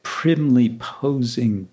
primly-posing